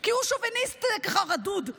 כי הוא שוביניסט רדוד.